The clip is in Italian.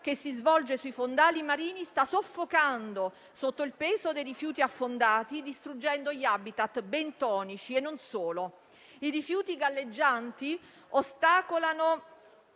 che si svolge sui fondali marini sta soffocando sotto il peso dei rifiuti affondati, distruggendo gli *habitat* bentonici e non solo. I rifiuti galleggianti ostacolano